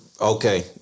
okay